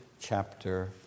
chapter